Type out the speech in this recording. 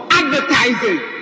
advertising